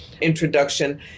introduction